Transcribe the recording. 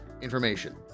information